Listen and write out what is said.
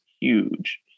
huge